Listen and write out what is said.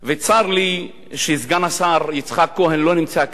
צר לי שסגן השר יצחק כהן לא נמצא כאן,